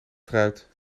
fruit